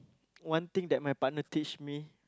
one thing that my partner teach me